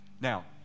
now